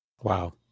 Wow